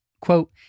quote